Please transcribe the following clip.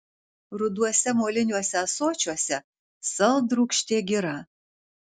ruduose moliniuose ąsočiuose saldrūgštė gira